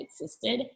existed